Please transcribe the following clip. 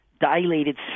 dilated